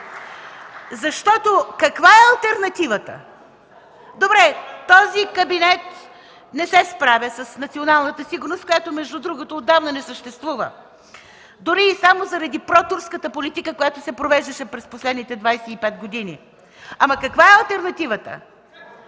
Защото каква е алтернативата? Добре, този кабинет не се справя с националната сигурност, която между другото отдавна не съществува, дори и само заради протурската политика, която се провеждаше през последните 25 години. Каква е алтернативата?